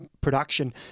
production